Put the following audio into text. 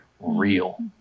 real